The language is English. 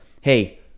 hey